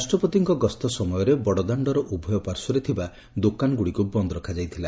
ରାଷ୍ଟ୍ରପତିଙ୍କ ଗସ୍ତ ସମୟରେ ବଡଦାଣ୍ଡର ଉଭୟ ପାର୍ଶ୍ୱରେ ଥିବା ଦୋକାନଗୁଡ଼ିକୁ ବନ୍ଦ ରଖା ଯାଇଥିଲା